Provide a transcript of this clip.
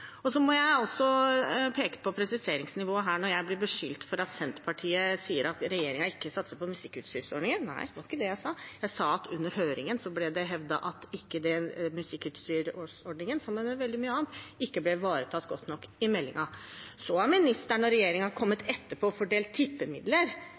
mye. Så må jeg få peke på presisjonsnivået her når jeg blir beskyldt for at Senterpartiet sier at regjeringen ikke satser på musikkutstyrsordningen. Nei, det var ikke det jeg sa; jeg sa at under høringen ble det hevdet at musikkutstyrsordningen, sammen med veldig mye annet, ikke ble ivaretatt godt nok i meldingen. Så har statsråden og